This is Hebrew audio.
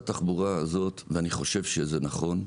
ואני חושב שזה נכון,